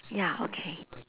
ya okay